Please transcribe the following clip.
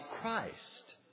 Christ